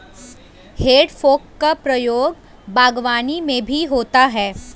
हेइ फोक का प्रयोग बागवानी में भी होता है